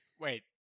wait